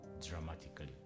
dramatically